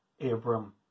Abram